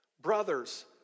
Brothers